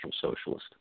socialist